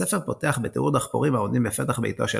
הספר פותח בתיאור דחפורים העומדים בפתח ביתו של